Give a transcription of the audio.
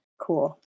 cool